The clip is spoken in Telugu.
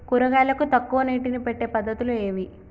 కూరగాయలకు తక్కువ నీటిని పెట్టే పద్దతులు ఏవి?